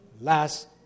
last